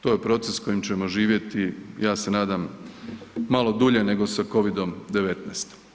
To je proces s kojim ćemo živjeti, ja se nadam, malo dulje nego sa Covidom-19.